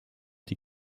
die